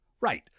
Right